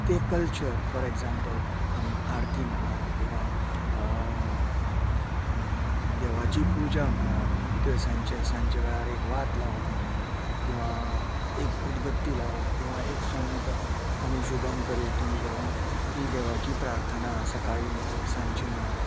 ते culture for example आमी आरती म्हणा किंवां देवाची पूजा म्हणात तिळसांजचे सांजचे वेळार एक वात लावप म्हणा किंवां एक उदबत्ती लावप किंवां एक संत आमी शुभंकरोती जावूं ही देवाची प्रार्थना सकाळची सांजची म्हणप